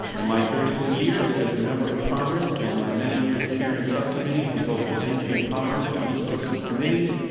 and my thirty two years as a member of congress and my many years chairing subcommittees in both the energy and commerce and the resources committees,